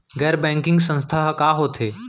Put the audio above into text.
गैर बैंकिंग संस्था ह का होथे?